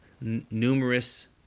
numerous